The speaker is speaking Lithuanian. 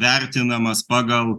vertinamas pagal